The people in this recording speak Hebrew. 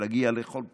להגיע לכל פינה,